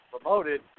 promoted